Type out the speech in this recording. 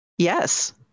Yes